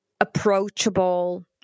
approachable